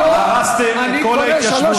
אתם הרסתם את כל ההתיישבות,